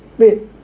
wait